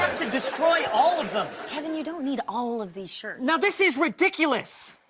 to destroy all of them. kevin, you don't need all of these shirts. this is ridiculous.